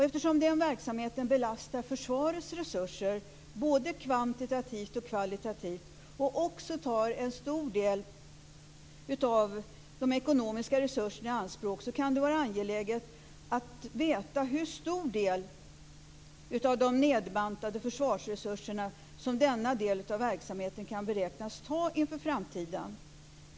Eftersom den här verksamheten belastar försvarets resurser, både kvantitativt och kvalitativt, och också tar en stor del av de ekonomiska resurserna i anspråk kan det vara angeläget att veta hur stor del av de nedbantade försvarsresurserna som denna del av verksamheten kan beräknas ta inför framtiden.